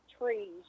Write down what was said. trees